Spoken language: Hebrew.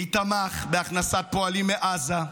מי תמך בהכנסת פועלים מעזה,